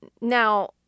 Now